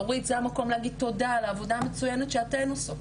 אורית זה המקום להגיד תודה על העבודה המצוינת שאתן עושות